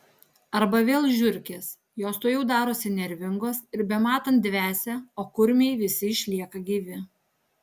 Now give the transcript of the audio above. arba vėl žiurkės jos tuojau darosi nervingos ir bematant dvesia o kurmiai visi išlieka gyvi